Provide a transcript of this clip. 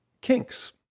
kinks